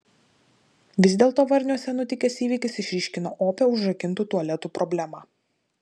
vis dėlto varniuose nutikęs įvykis išryškino opią užrakintų tualetų problemą